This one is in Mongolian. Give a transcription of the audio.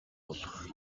болох